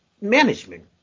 management